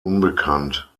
unbekannt